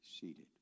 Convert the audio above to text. seated